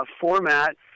Format